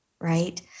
right